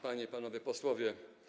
Panie i Panowie Posłowie!